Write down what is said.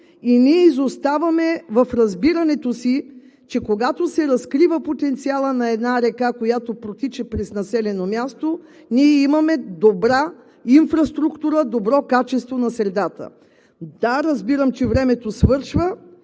и ние изоставаме в разбирането си, че когато се разкрива потенциалът на една река, която протича през населено място, ние имаме добра инфраструктура, добро качество на средата. (Реплика от ГЕРБ: „Времето!“) Да,